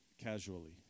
casually